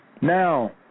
Now